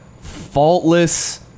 faultless